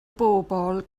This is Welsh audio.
bobl